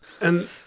And-